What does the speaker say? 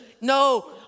no